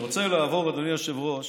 אני רוצה לעבור, אדוני היושב-ראש,